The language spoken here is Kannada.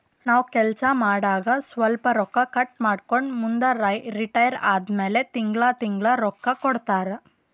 ನಾವ್ ಕೆಲ್ಸಾ ಮಾಡಾಗ ಸ್ವಲ್ಪ ರೊಕ್ಕಾ ಕಟ್ ಮಾಡ್ಕೊಂಡು ಮುಂದ ರಿಟೈರ್ ಆದಮ್ಯಾಲ ತಿಂಗಳಾ ತಿಂಗಳಾ ರೊಕ್ಕಾ ಕೊಡ್ತಾರ